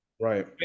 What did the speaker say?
right